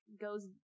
goes